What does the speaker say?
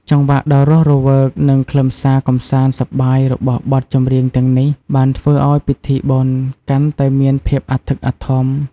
ចង្វាក់ដ៏រស់រវើក និងខ្លឹមសារកម្សាន្តសប្បាយរបស់បទចម្រៀងទាំងនេះបានធ្វើឱ្យពិធីបុណ្យកាន់តែមានភាពអធិកអធម។